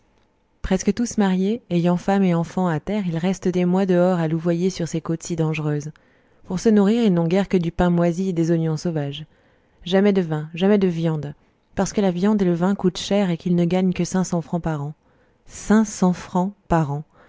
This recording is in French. presque tous mariés ayant femme et enfants à terre ils restent des mois dehors à louvoyer sur ces côtes si dangereuses pour se nourrir ils n'ont guère que du pain moisi et des oignons sauvages jamais de vin jamais de viande parce que la viande et le vin coûtent cher et qu'ils ne gagnent que cinq cents francs par an cinq cents francs par an